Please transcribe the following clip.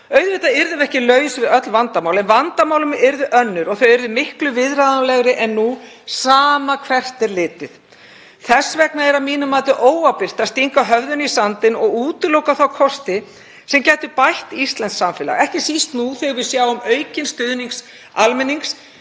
Auðvitað yrðum við ekki laus við öll vandamál en vandamálin yrðu önnur og þau yrði miklu viðráðanlegri en nú, sama hvert er litið. Þess vegna er að mínu mati óábyrgt að stinga höfðinu í sandinn og útiloka þá kosti sem gætu bætt íslenskt samfélag, ekki síst nú þegar við sjáum aukinn stuðning almennings,